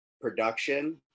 production